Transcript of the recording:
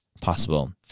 possible